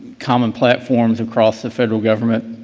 common platform across the federal government.